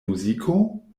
muziko